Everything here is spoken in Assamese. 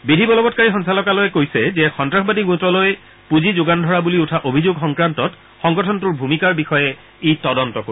বিধি বলৱৎকাৰী সঞ্চালকালয়ে কৈছে যে সন্তাসবাদী গোটলৈ পুঁজি যোগান ধৰা বুলি উঠা অভিযোগ সংক্ৰান্তত সংগঠনটোৰ ভূমিকাৰ বিষয়ে ই তদন্ত কৰিব